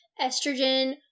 estrogen